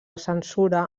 censura